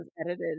edited